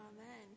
Amen